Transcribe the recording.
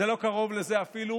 זה לא קרוב לזה אפילו,